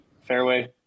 fairway